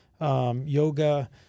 yoga